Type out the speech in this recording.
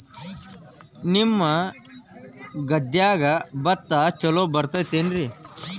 ನಿಮ್ಮ ಗದ್ಯಾಗ ಭತ್ತ ಛಲೋ ಬರ್ತೇತೇನ್ರಿ?